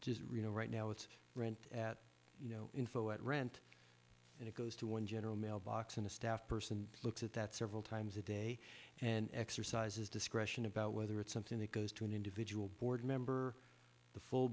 just reno right now it's rent at info at rent and it goes to one general mailbox in a staff person looks at that several times a day and exercises discretion about whether it's something that goes to an individual board member the full